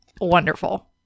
wonderful